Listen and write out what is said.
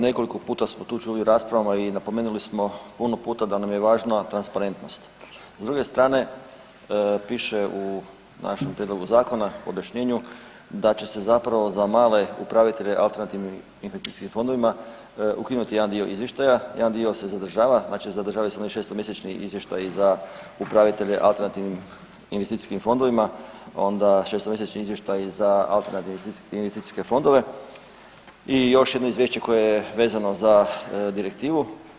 Nekoliko puta smo tu čuli u raspravama i napomenuli smo puno puta da nam je važna transparentnost, s druge strane piše u našem prijedlogu zakona u objašnjenju da će se zapravo za male upravitelje alternativnim investicijskim fondovima ukinuti jedan dio izvještaja, jedan dio se zadržava, znači zadržavaju se oni šestomjesečni izvještaji za upravitelje alternativnim investicijskim fondovima, onda šestomjesečni izvještaji za alternativne investicijske fondove i još jedno izvješće koje je vezano za direktivu.